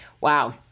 Wow